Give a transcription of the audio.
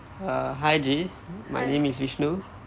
err hi G my name is vishnu